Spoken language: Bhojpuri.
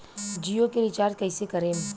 जियो के रीचार्ज कैसे करेम?